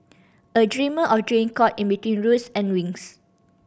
a dreamer of dream caught in between roots and wings